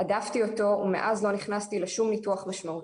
הדפתי אותו ומאז לא נכנסתי לשום ניתוח משמעותי,